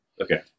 Okay